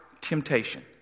temptation